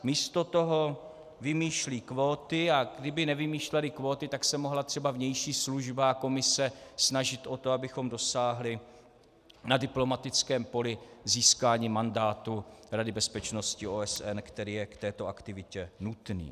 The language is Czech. Místo toho vymýšlí kvóty, a kdyby nevymýšleli kvóty, tak se mohla třeba vnější služba a Komise snažit o to, abychom dosáhli na diplomatickém poli získání mandátu Rady bezpečnosti OSN, který je k této aktivitě nutný.